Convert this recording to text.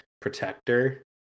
protector